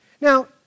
Now